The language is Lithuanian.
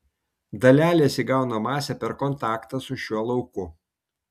dalelės įgauna masę per kontaktą su šiuo lauku